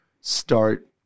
start